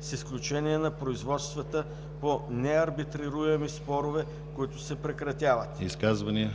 с изключение на производствата по неарбитрируеми спорове, които се прекратяват.“ ПРЕДСЕДАТЕЛ ДИМИТЪР ГЛАВЧЕВ: Изказвания?